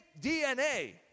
DNA